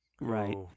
right